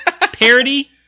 parody